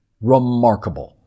Remarkable